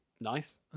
Nice